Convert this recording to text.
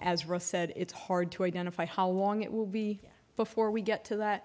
as ross said it's hard to identify how long it will be before we get to that